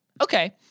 Okay